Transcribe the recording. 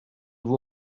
vous